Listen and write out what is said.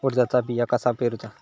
उडदाचा बिया कसा पेरूचा?